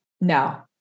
no